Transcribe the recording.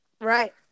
Right